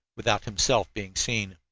without himself being seen.